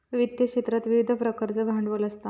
वित्त क्षेत्रात विविध प्रकारचा भांडवल असता